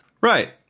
Right